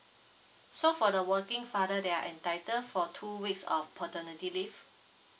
so for the working father they are entitled for two weeks of paternity leave